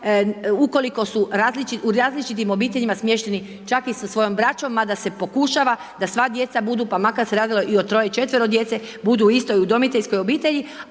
ukoliko su različitim obiteljima smješteni čak i sa svojom braćom mada se pokušava da sva djeca budu pa makar se radilo i o troje, četvero djece, budu u istoj udomiteljskoj obitelji